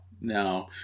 no